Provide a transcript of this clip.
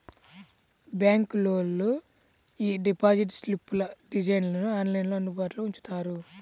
బ్యాంకులోళ్ళు యీ డిపాజిట్ స్లిప్పుల డిజైన్లను ఆన్లైన్లో అందుబాటులో ఉంచుతారు